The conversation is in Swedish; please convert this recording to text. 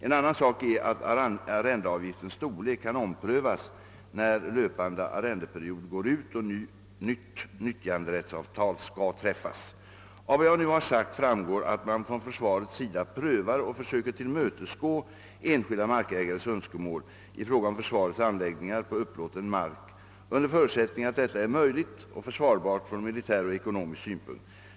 En annan sak är att arrendeavgiftens storlek kan omprövas när löpande arrendeperiod går ut och nytt nyttjanderättsavtal skall träffas. Av vad jag nu har sagt framgår att man från försvarets sida prövar och försöker tillmötesgå enskilda markägares önskemål i fråga om försvarets anläggningar på upplåten mark under förutsättning att detta är möjligt och försvarbart från militär och ekonomisk synpunkt.